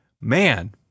man